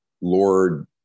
Lord